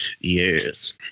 Yes